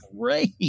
great